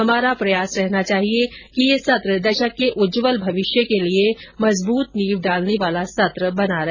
हमारा प्रयास रहना चाहिये कि यह सत्र दशक के उज्ज्वल भविष्य के लिए मजबूत नींव डालने वाला सत्र बना रहे